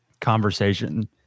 conversation